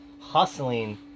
hustling